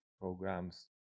programs